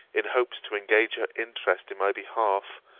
in hopes to engage her interest in my behalf,